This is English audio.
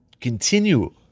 continue